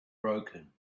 broken